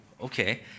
okay